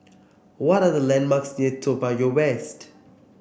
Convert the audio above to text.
what are the landmarks near Toa Payoh West